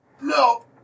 No